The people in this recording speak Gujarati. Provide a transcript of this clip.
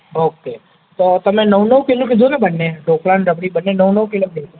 ઓકે તો તમે નવ નવ કિલો કીધું ને બંને ઢોકળા અને રબડી બંને નવ નવ કિલો કીધું ને